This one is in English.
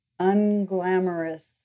unglamorous